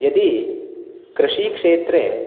यदि कृषिक्षेत्रे